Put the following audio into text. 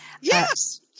Yes